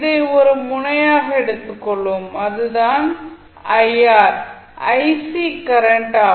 இதை ஒரு முனையாக எடுத்துக்கொள்வோம் இது தான் கரண்ட் ஆகும்